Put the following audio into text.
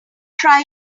try